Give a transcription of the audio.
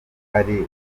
ari